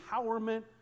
empowerment